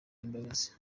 imbabazi